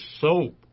soap